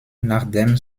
nachdem